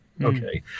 Okay